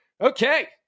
Okay